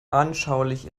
anschaulich